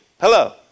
Hello